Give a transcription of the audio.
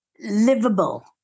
livable